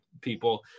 people